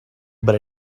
but